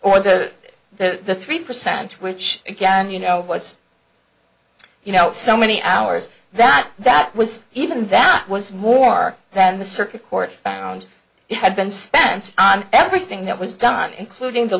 or the three percent which again you know was you know so many hours that that was even that was more than the circuit court found it had been spent on everything that was done including the